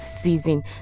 season